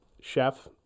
chef